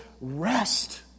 rest